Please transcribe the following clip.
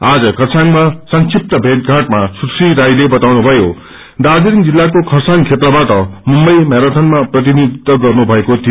आज खरसाङमा संक्षित भेटषाटमा सुश्री राईले वताउनु भयो दार्जीतिङ जिल्लाको खरसाङ क्षेत्रबाट मुम्बई मेरथनमा प्रतिनिधित्व गर्नु भएको थियो